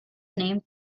named